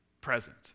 present